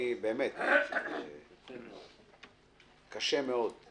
באמת קשה מאוד.